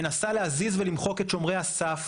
מנסה להזיז ולמחוק את שומרי הסף,